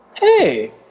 Hey